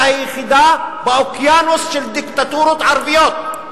היחידה באוקיינוס של דיקטטורות ערביות,